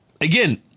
again